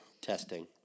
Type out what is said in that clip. testing